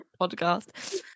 podcast